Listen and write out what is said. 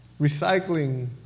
Recycling